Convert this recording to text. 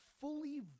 fully